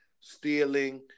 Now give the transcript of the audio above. stealing